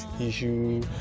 issue